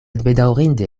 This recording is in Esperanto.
bedaŭrinde